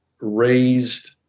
raised